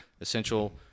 essential